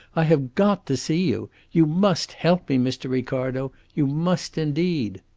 i have got to see you. you must help me, mr. ricardo you must, indeed!